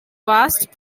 vast